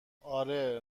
آره